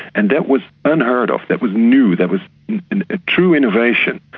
and that was unheard-of, that was new, that was and a true innovation.